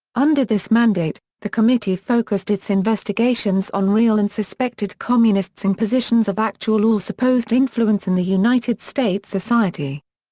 under this mandate, the committee focused its investigations on real and suspected communists in positions of actual or supposed influence in the united states society.